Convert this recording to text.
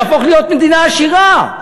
נהפוך להיות מדינה עשירה,